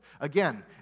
Again